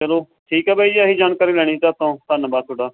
ਚਲੋ ਠੀਕ ਆ ਬਾਈ ਜੀ ਇਹੀ ਜਾਣਕਾਰੀ ਲੈਣੀ ਸੀ ਤੁਹਾਤੋਂ ਧੰਨਵਾਦ ਤੁਹਾਡਾ